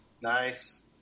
Nice